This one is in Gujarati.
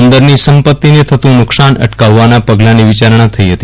બંદરની સંપતિને થતુ નુકશાન અટકાવવાના પગલાની વિચારણા થઈ હતી